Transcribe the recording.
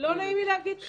לא נעים לי להגיד כאן.